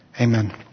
Amen